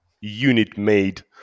unit-made